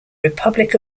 republic